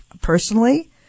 personally